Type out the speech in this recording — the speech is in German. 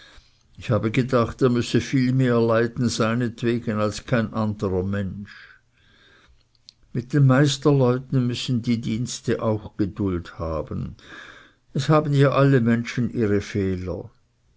ich habe gedacht er müsse viel mehr leiden seinetwegen als kein anderer mensch mit den meisterleuten müssen die dienste auch geduld haben es haben ja alle menschen ihre fehler